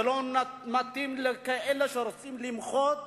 זה לא מתאים לכאלה שרוצים למחות